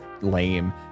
lame